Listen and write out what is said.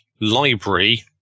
library